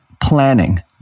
planning